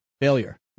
failure